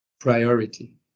Priority